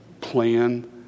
plan